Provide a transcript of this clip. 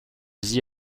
the